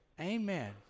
Amen